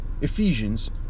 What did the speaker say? Ephesians